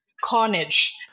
carnage